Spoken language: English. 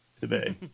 today